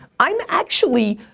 i'm actually,